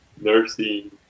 nursing